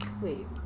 Wait